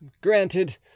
Granted